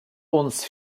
uns